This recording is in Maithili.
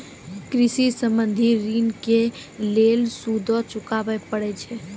कृषि संबंधी ॠण के लेल सूदो चुकावे पड़त छै?